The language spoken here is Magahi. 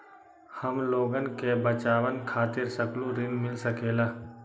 हमलोगन के बचवन खातीर सकलू ऋण मिल सकेला?